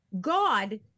God